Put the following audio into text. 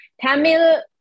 Tamil